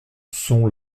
sont